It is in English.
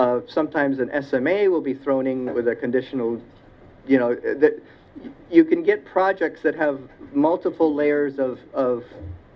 g sometimes an estimate will be thrown in with a conditional you know you can get projects that have multiple layers of